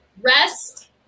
Rest